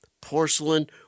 porcelain